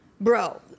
bro